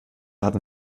hatten